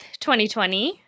2020